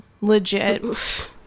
legit